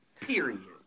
Period